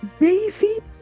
David